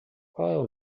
qual